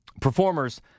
performers